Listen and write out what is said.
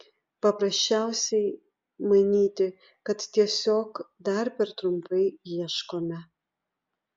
paprasčiausia manyti kad tiesiog dar per trumpai ieškome